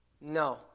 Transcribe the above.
No